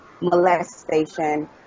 molestation